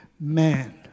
Man